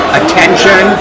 attention